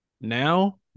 Now